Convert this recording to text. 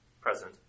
present